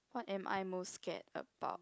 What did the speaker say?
what am I most scared about